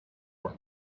for